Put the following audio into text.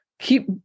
keep